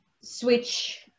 switch –